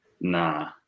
Nah